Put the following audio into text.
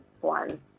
one